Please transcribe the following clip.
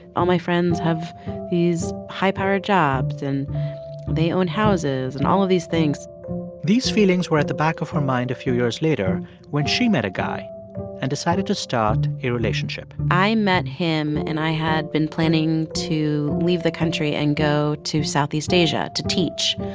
all my friends have these high-power jobs, and they own houses and all of these things these feelings were at the back of her mind a few years later when she met a guy and decided to start a relationship i met him, and i had been planning to leave the country and go to southeast asia to teach.